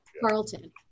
Carlton